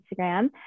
Instagram